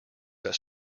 that